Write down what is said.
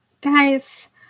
guys